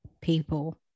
people